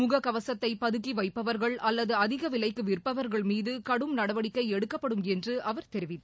முக கவசத்தைபதுக்கிவைப்பவர்கள் அல்லதுஅதிகவிலைக்குவிற்பவர்கள் மீகுகடும் நடவடிக்கைஎடுக்கப்படும் என்றுஅவர் தெரிவித்தார்